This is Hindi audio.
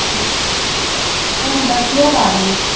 जी सर हम दस लोग आ रहे हैं